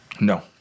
No